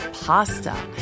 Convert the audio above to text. pasta